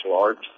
arts